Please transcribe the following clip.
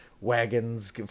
wagons